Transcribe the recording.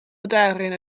aderyn